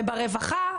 וברווחה,